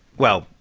well,